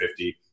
50